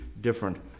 different